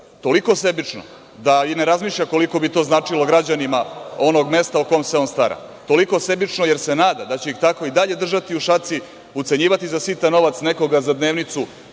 toliko sebično da i ne razmišlja koliko bi to značilo građanima onog mesta o kom se on stara, toliko sebično jer se nada da će ih tako i dalje držati u šaci, ucenjivati za sitan novac, nekoga za dnevnicu,